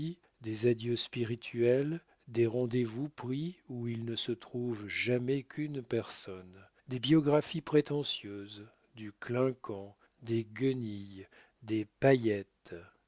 des adieux spirituels des rendez-vous pris où il ne se trouve jamais qu'une personne des biographies prétentieuses du clinquant des guenilles des paillettes